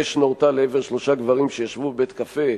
אש נורתה לעבר שלושה גברים שישבו בבית-קפה,